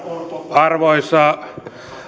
arvoisa